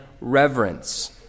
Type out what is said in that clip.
reverence